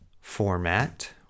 format